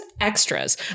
extras